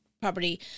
property